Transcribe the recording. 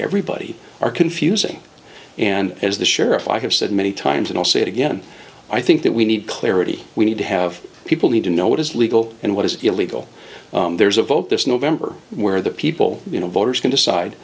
everybody are confusing and as the sheriff i have said many times and i'll say it again i think that we need clarity we need to have people need to know what is legal and what is illegal there's a vote this november where the people you know voters can decide